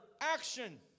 action